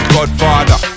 Godfather